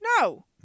No